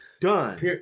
done